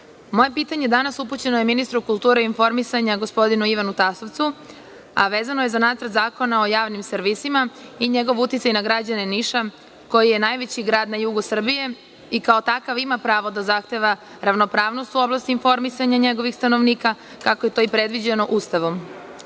moje pitanje danas je upućeno ministru kulture i informisanja, gospodinu Ivanu Tasovcu, a vezano je za Nacrt zakona o javnim servisima i njegov uticaj na građane Niša, koji je najveći grad na jugu Srbije i kao takav ima pravo da zahteva ravnopravnost u oblasti informisanja njegovih stanovnika, kako je to i predviđeno Ustavom. Naime,